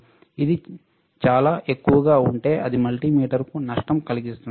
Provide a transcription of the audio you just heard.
ఇది చాలా ఎక్కువగా ఉంటే అది మల్టీమీటర్కు నష్టం కలిగిస్తుంది